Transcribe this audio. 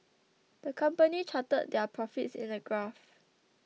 the company charted their profits in a graph